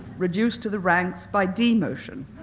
reduced to the ranks by d. motion.